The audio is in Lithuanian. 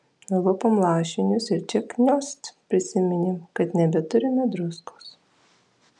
nulupom lašinius ir čia kniost prisiminėm kad nebeturime druskos